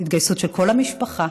התגייסות של כל המשפחה,